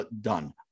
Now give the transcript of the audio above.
done